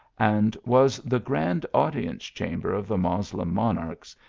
and was the grand audience chamber of the moslem monarchs,